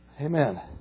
Amen